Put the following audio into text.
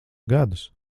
gadus